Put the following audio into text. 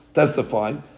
testifying